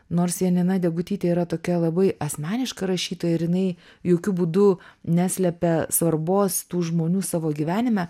nors janina degutytė yra tokia labai asmeniška rašytoja ir jinai jokiu būdų neslepia svarbos tų žmonių savo gyvenime